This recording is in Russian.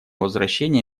возвращение